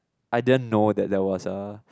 I didn't know that there was a